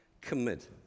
commit